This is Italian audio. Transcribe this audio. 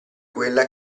quella